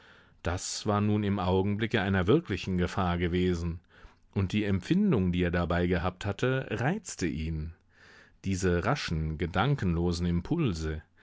das war nun im augenblicke einer wirklichen gefahr gewesen und die empfindung die er dabei gehabt hatte reizte ihn diese raschen gedankenlosen impulse